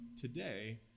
today